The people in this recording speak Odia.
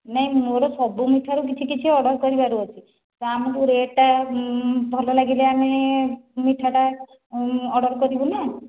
ନାହିଁ ମୋର ସବୁ ମିଠାରୁ କିଛି କିଛି ଅର୍ଡ଼ର କରିବାର ଅଛି ତ ଆମକୁ ରେଟ୍ଟା ଭଲ ଲାଗିଲେ ଆମେ ମିଠାଟା ଅର୍ଡ଼ର କରିବୁ ନା